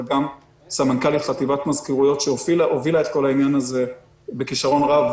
וגם סמנכ"לית חטיבת מזכירויות שהובילה את כל העניין הזה בכישרון רב,